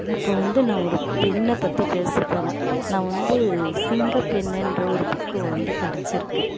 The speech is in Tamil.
இப்போது வந்து நான் ஒரு பெண்ணை பற்றி பேசப் போகிறேன் நான் வந்து சிங்கப்பெண்ணுன்ற ஒரு புக் வாங்கி படிச்சிருக்கேன்